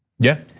yeah.